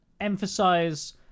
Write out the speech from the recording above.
emphasize